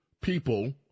people